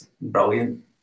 Brilliant